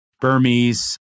Burmese